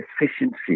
efficiency